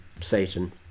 Satan